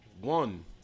one